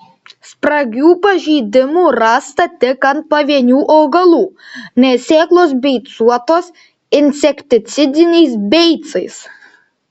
spragių pažeidimų rasta tik ant pavienių augalų nes sėklos beicuotos insekticidiniais beicais